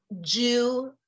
Jew